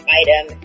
item